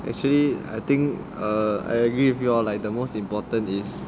actually I think err I agree with you like the most important is